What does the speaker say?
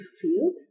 field